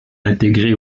intégré